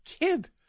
Kid